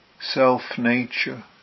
self-nature